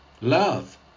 Love